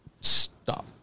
Stop